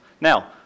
Now